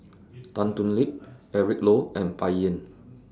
Tan Thoon Lip Eric Low and Bai Yan